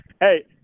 Hey